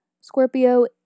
Scorpio